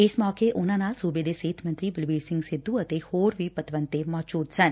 ਇਸ ਮੌਕੇ ਉਨਾਂ ਨਾਲ ਸੁਬੇ ਦੇ ਸਿਹਤ ਮੰਤਰੀ ਬਲਬੀਰ ਸਿੰਘ ਸਿੱਧੁ ਅਤੇ ਹੋਰ ਵੀ ਪਤਵੰਤੇ ਮੌਜੁਦ ਸਨ